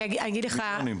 אני אגיד לך,